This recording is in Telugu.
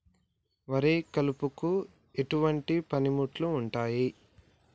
వరి కలుపుకు ఎటువంటి పనిముట్లు ఉంటాయి?